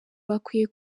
bakwiye